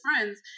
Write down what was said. friends